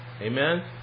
Amen